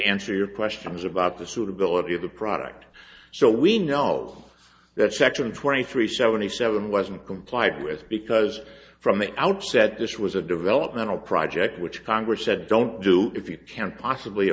answer your questions about the suitability of the product so we know that section twenty three seventy seven wasn't complied with because from the outset this was a developmental project which congress said don't do if you can't possibly